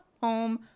home